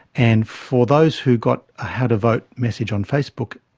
and for those who got a how-to-vote message on facebook,